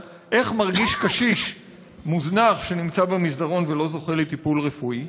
על איך מרגיש קשיש מוזנח שנמצא במסדרון ולא זוכה לטיפול רפואי.